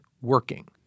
working